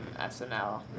SNL